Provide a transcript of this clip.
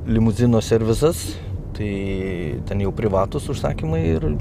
limuzino servizas tai ten jau privatūs užsakymai ir